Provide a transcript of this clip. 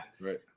Right